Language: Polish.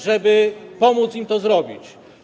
żeby pomóc im to zrobić.